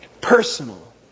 Personal